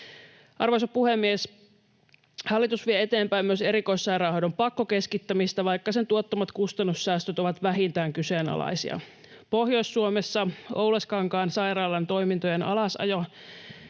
Arvoisa puhemies! Hallitus vie eteenpäin myös erikoissairaanhoidon pakkokeskittämistä, vaikka sen tuottamat kustannussäästöt ovat vähintään kyseenalaisia. Pohjois-Suomessa Oulaskankaan sairaalan toimintojen alasajo